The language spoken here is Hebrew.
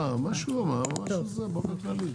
באופן כללי.